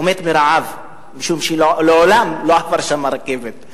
הוא מת מרעב, משום שמעולם לא עברה שם רכבת.